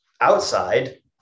outside